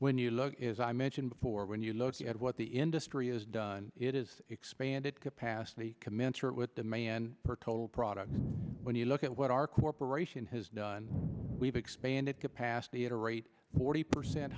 when you look is i mentioned before when you look at what the industry has done it is expanded capacity commensurate with the man for total product when you look at what our corporation has done we've expanded capacity at a rate forty percent